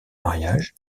mariage